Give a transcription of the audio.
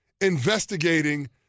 investigating